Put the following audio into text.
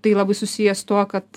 tai labai susiję su tuo kad